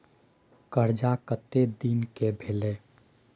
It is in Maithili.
कर्जा कत्ते दिन के भेलै?